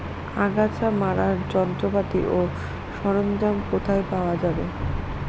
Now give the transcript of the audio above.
আগাছা মারার যন্ত্রপাতি ও সরঞ্জাম কোথায় পাওয়া যাবে?